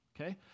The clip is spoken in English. okay